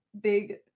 big